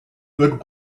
good